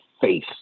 face